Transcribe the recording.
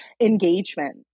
engagement